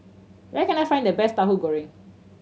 where can I find the best Tahu Goreng